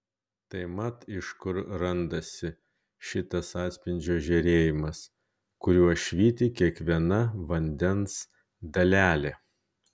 tai mat iš kur randasi šitas atspindžio žėrėjimas kuriuo švyti kiekviena vandens dalelė